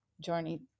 journey